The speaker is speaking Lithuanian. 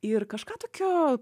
ir kažką tokio